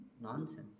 nonsense